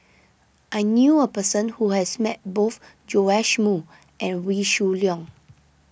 I knew a person who has met both Joash Moo and Wee Shoo Leong